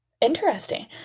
Interesting